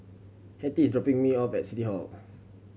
Hettie is dropping me off at City Hall